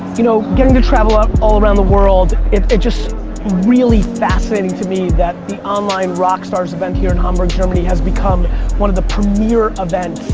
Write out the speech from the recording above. you know getting to travel ah all around the world it just really fascinating to me that the online rock stars event here in hamburg, germany has become one of the premier events.